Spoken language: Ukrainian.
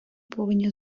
повинні